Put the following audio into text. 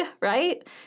right